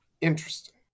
Interesting